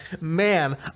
man